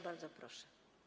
Bardzo proszę.